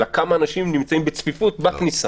אלא כמה אנשים נמצאים בצפיפות בכניסה.